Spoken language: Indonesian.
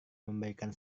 memberikan